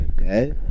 okay